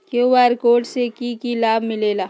QR code से कि कि लाव मिलेला?